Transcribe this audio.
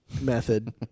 method